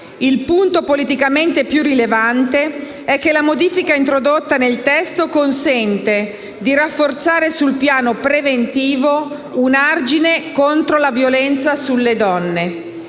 Il punto politicamente più rilevante è che la modifica introdotta nel testo consente di rafforzare sul piano preventivo un argine contro la violenza sulle donne.